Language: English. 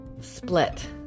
split